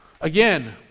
Again